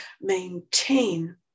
maintain